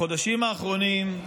בחודשים האחרונים,